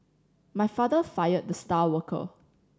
my father fired the star worker